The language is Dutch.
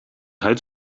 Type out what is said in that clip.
huid